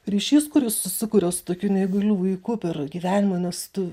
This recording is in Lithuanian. ryšys kuris susikuria su tokiu neįgaliu vaiku per gyvenimą nes tu